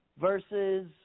versus